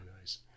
nice